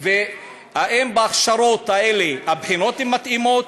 האם בהכשרות האלה הבחינות מתאימות?